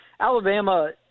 Alabama